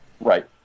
right